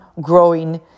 growing